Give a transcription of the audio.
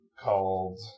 called